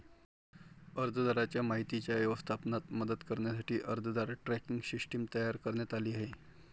अर्जदाराच्या माहितीच्या व्यवस्थापनात मदत करण्यासाठी अर्जदार ट्रॅकिंग सिस्टीम तयार करण्यात आली आहे